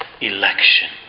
election